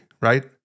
Right